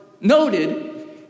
noted